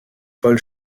paul